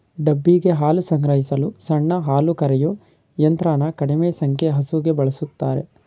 ಡಬ್ಬಿಗೆ ಹಾಲು ಸಂಗ್ರಹಿಸಲು ಸಣ್ಣ ಹಾಲುಕರೆಯೋ ಯಂತ್ರನ ಕಡಿಮೆ ಸಂಖ್ಯೆ ಹಸುಗೆ ಬಳುಸ್ತಾರೆ